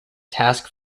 task